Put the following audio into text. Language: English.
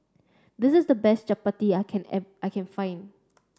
this is the best Chappati I can I can find